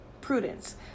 prudence